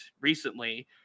recently